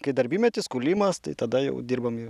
kai darbymetis kūlimas tai tada jau dirbam jau